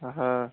হ্যাঁ